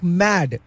mad